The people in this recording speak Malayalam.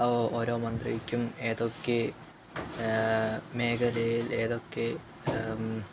ഓരോ മന്ത്രിക്കും ഏതൊക്കെ മേഖലയില് ഏതൊക്കെ